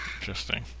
Interesting